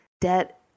debt